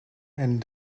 and